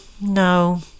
no